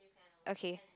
okay